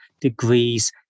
degrees